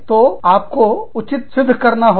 तो आपको उचित सिद्ध करना होगा